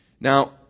now